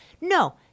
no